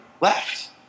left